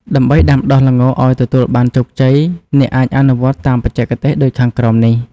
ដើម្បីដាំដុះល្ងឲ្យទទួលបានជោគជ័យ អ្នកអាចអនុវត្តតាមបច្ចេកទេសដូចខាងក្រោមនេះ។